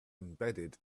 embedded